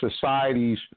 societies